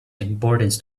importance